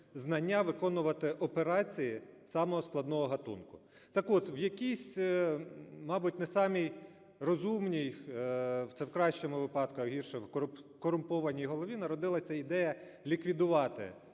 знання виконувати операції самого складного ґатунку. Так от, в якійсь, мабуть, не самій розумній, це в кращому випадку, а гірше – корумпованій голові, народилася ідея ліквідувати